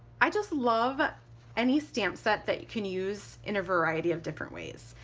i just love any stamp set that you can use in a variety of different ways.